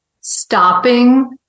stopping